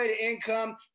income